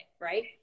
right